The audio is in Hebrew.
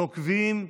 נוקבים,